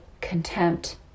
contempt